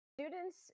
students